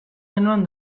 genuen